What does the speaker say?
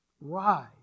Rise